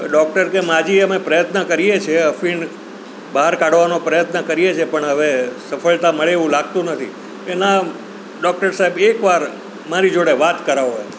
હવે ડૉક્ટર કહે માજી અમે પ્રયત્ન કરીએ છીએ અફીણ બહાર કાઢવાનો પ્રયત્ન કરીએ છીએ પણ હવે સફળતા મળે એવું લાગતું નથી કે ના ડૉક્ટર સાએબ એકવાર મારી જોડે વાત કરાવો